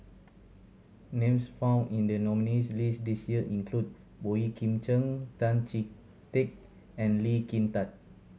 names found in the nominees' list this year include Boey Kim Cheng Tan Chee Teck and Lee Kin Tat